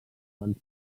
van